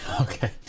okay